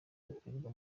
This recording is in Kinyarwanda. rikorerwa